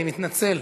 אני מתנצל.